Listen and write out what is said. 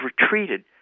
retreated